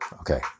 Okay